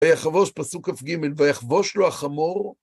ויחבוש פסוק כ״ג, ויחבוש לו החמור.